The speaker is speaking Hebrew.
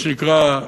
מה שנקרא,